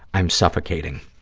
i'm suffocating.